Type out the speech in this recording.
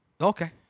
Okay